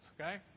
okay